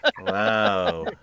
Wow